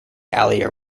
allier